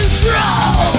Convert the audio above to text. control